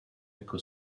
jako